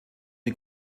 die